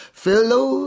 fellow